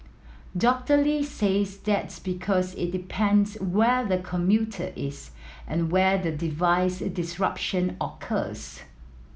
Doctor Lee says that's because it depends where the commuter is and where the device disruption occurs